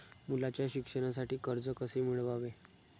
मुलाच्या शिक्षणासाठी कर्ज कसे मिळवावे?